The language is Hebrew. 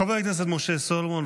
חבר הכנסת משה סולומון,